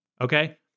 Okay